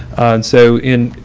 and so in,